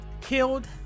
killed